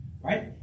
right